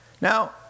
Now